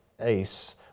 ace